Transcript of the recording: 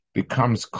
becomes